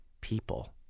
people